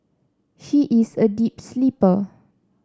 she is a deep sleeper